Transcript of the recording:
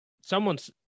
someone's